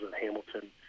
Hamilton